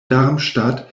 darmstadt